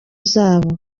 zabo